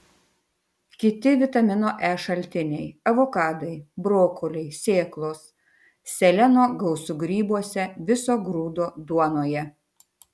kiti vitamino e šaltiniai avokadai brokoliai sėklos seleno gausu grybuose viso grūdo duonoje